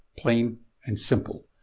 plain and simple.